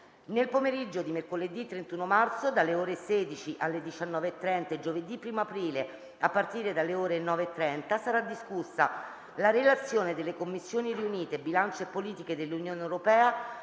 Nel pomeriggio di mercoledì 31 marzo, dalle ore 16 alle 19,30, e giovedì 1° aprile, a partire dalle ore 9,30, sarà discussa la relazione delle Commissioni riunite bilancio e politiche dell'Unione europea